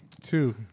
two